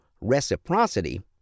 Reciprocity